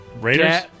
Raiders